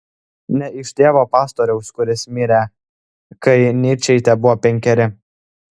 ne iš tėvo pastoriaus kuris mirė kai nyčei tebuvo penkeri